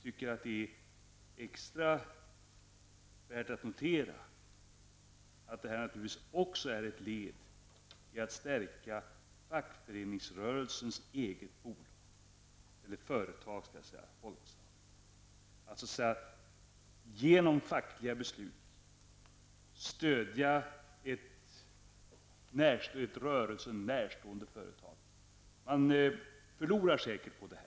Sedan är det värt att notera att detta naturligtvis också utgör ett led i strävan att stärka fackföreningsrörelsens eget företag Folksam. Genom fackliga beslut stödjer man ju ett rörelsen närstående företag. Men man förlorar säkert på detta.